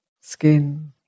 skin